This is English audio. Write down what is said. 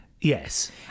yes